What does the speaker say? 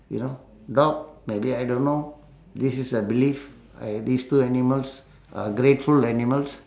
you know dog maybe I don't know this is a belief I have these two animals are grateful animals